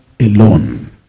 alone